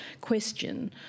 question